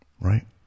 right